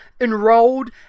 enrolled